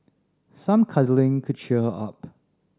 some cuddling could cheer her up